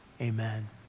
Amen